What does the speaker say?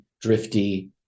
drifty